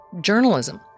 journalism